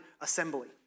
assembly